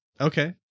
okay